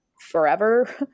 forever